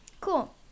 Cool